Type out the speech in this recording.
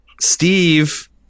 Steve